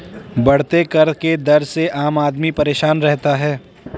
बढ़ते कर के दर से आम आदमी परेशान रहता है